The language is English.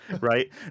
Right